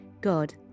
God